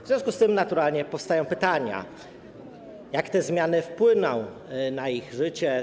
W związku z tym naturalnie powstają pytania: Jak te zmiany wpłyną na ich życie?